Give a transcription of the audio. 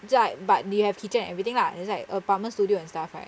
在 but they have kitchen and everything lah it's like apartment studio and stuff right